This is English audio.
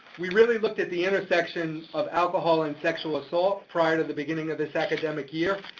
we really looked at the intersection of alcohol and sexual assault prior to the beginning of this academic year,